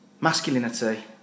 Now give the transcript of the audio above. masculinity